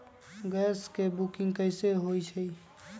Gas के booking कैसे होईछई?